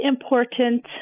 important